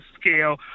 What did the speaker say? scale